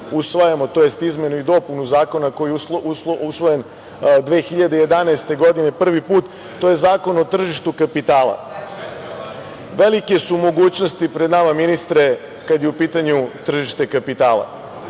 usvajamo, to jest izmenu i dopunu zakona koji je usvojen 2011. godine, prvi put, to je Zakon o tržištu kapitala. Velike su mogućnosti pred nama ministre kada je u pitanju tržište kapitala.